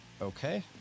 Okay